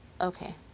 okay